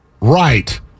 Right